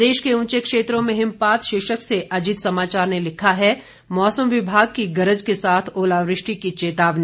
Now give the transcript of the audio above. प्रदेश के ऊंचे क्षेत्रों में हिमपात शीर्षक से अजीत समाचार ने लिखा है मौसम विभाग की गरज के साथ ओलावृष्टि की चेतावनी